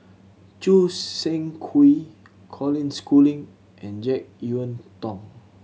Choo Seng Quee Colin Schooling and Jek Yeun Thong